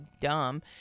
dumb